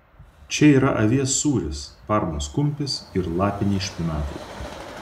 čia yra avies sūris parmos kumpis ir lapiniai špinatai